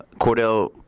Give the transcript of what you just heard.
Cordell